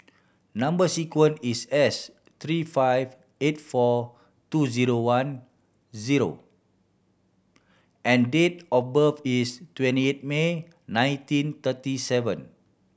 number sequence is S three five eight four two zero one zero and date of birth is twenty eight May nineteen thirty seven